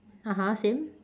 (uh huh) same